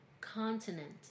continent